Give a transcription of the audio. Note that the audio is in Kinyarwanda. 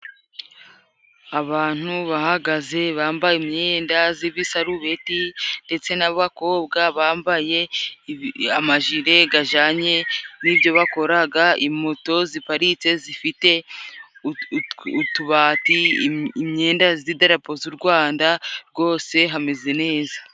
Abantu bahagaze bambaye imyenda z'isarubeti ndetse n'abakobwa bambaye amajire gajanye n'ibyo bakoraga, imoto ziparitse zifite utubati, imyenda z' idarapo z'u Rwanda, rwose hameze neza.